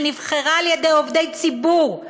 שנבחרה על-ידי עובדי ציבור,